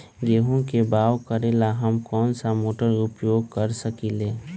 गेंहू के बाओ करेला हम कौन सा मोटर उपयोग कर सकींले?